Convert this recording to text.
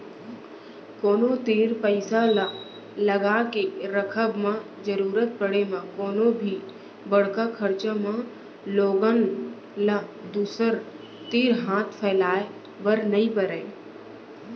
कोनो तीर पइसा ल लगाके रखब म जरुरत पड़े म कोनो भी बड़का खरचा म लोगन ल दूसर तीर हाथ फैलाए बर नइ परय